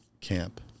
camp